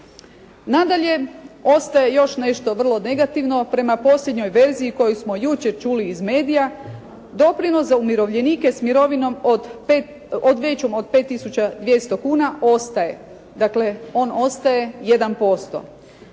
Nadalje, ostaje još nešto vrlo negativno. Prema posljednjoj verziji koju smo jučer čuli iz medija, doprinos za umirovljenike s mirovinom većom od 5200 kuna ostaje, dakle on ostaje 1%.